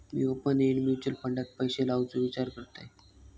मी open end mutual फंडात पैशे लावुचो विचार करतंय